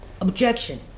objection